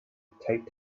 taped